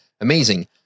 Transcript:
amazing